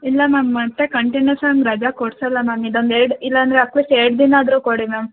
ಇಲ್ಲ ಮ್ಯಾಮ್ ಮತ್ತು ಕಂಟಿನ್ಯೂಅಸ್ ಹಂಗೆ ರಜಾ ಕೊಡ್ಸೋಲ್ಲ ಮ್ಯಾಮ್ ಇದೊಂದು ಎರಡು ಇಲ್ಲಾಂದರೆ ಅಟ್ಲೀಸ್ಟ್ ಎರಡು ದಿನ ಆದರೂ ಕೊಡಿ ಮ್ಯಾಮ್